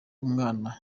umwana